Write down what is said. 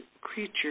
creature